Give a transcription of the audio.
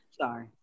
sorry